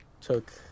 took